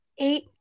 Eight